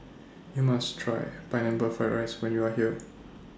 YOU must Try Pineapple Fried Rice when YOU Are here